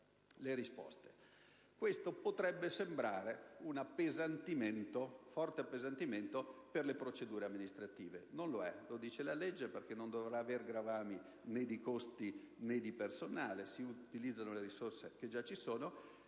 le risposte. Questo potrebbe sembrare un forte appesantimento per le procedure amministrative, ma non lo è, e lo dice la legge, perché non dovrà avere gravami né di costi né di personale, in quanto si utilizzeranno le risorse esistenti.